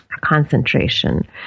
concentration